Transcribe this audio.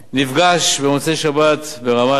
נפגש במוצאי-שבת ברמאללה